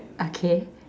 okay